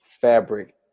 fabric